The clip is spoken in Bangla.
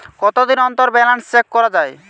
কতদিন অন্তর ব্যালান্স চেক করা য়ায়?